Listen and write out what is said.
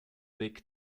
big